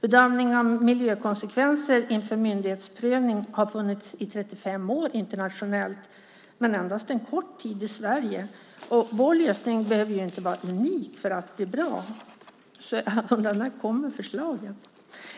Bedömning av miljökonsekvenser inför myndighetsprövning har funnits internationellt i 35 år, men endast en kort tid i Sverige. Vår lösning behöver ju inte vara unik för att bli bra. Så när kommer förslagen?